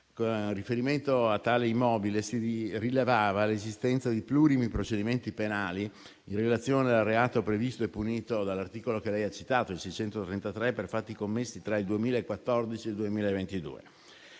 Con riferimento a tale immobile, si rilevava l'esistenza di plurimi procedimenti penali in relazione al reato previsto e punito dall'articolo 633 del codice penale, che l'interrogante ha citato, per fatti commessi tra il 2014 e il 2022.